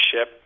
ship